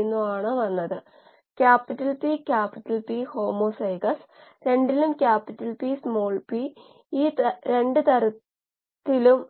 ഇപ്പോൾ n r p m ഇംപെല്ലറിന്റെ വേഗതയാണ് താഴ്ന്ന നിലയിലും ഉയർന്ന തലത്തിലും